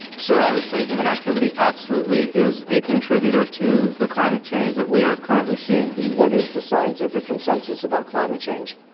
sir, i would say human activity absolutely is a contributor to the climate change that we are currently seeing. what is the scientific consensus about climate change?